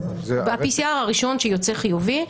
ב-PCR הראשון שיוצא חיובי.